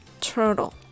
turtle